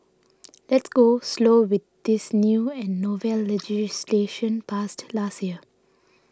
let's go slow with this new and novel legislation passed last year